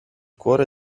cuore